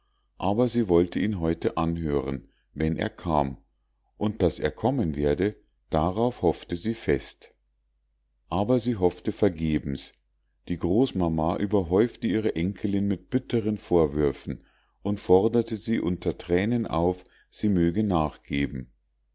aber sie wollte ihn heute anhören wenn er kam und daß er kommen werde darauf hoffte sie fest aber sie hoffte vergebens die großmama überhäufte ihre enkelin mit bitteren vorwürfen und forderte sie unter thränen auf sie möge nachgeben